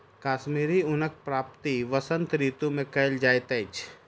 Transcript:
कश्मीरी ऊनक प्राप्ति वसंत ऋतू मे कयल जाइत अछि